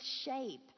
shape